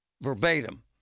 Verbatim